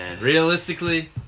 Realistically